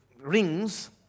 rings